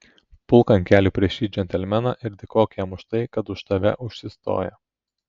pulk ant kelių prieš šį džentelmeną ir dėkok jam už tai kad už tave užsistoja